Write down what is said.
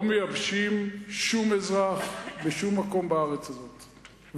לא מייבשים שום אזרח בשום מקום בארץ הזאת,